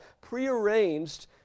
prearranged